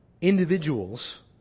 individuals